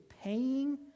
paying